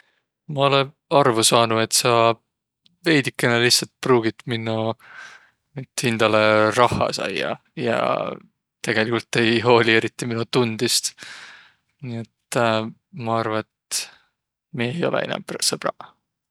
Maq olõ arvo saanuq, et saq veidikene lihtsält pruugit minno, et hindäle rahha saiaq. Ja tegeligult ei hooliq eriti mino tundist. Nii, et maq arva, et miiq ei olõq inämb sõbraq.